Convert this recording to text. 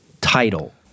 title